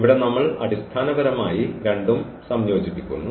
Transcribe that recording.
ഇവിടെ നമ്മൾ അടിസ്ഥാനപരമായി രണ്ടും സംയോജിപ്പിക്കുന്നു